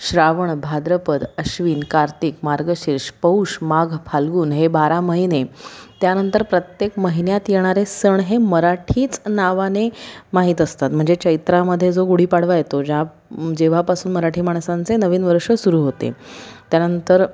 श्रावण भाद्रपद अश्विन कार्तिक मार्गशीर्ष पौष माघ फाल्गुन हे बारा महिने त्यानंतर प्रत्येक महिन्यात येणारे सण हे मराठीच नावाने माहीत असतात म्हणजे चैत्रामध्ये जो गुढीपाडवा येतो ज्या जेव्हापासून मराठी माणसांचे नवीन वर्ष सुरू होते त्यानंतर